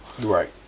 Right